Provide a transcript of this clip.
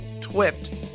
twit